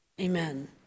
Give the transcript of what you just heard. Amen